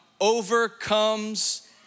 overcomes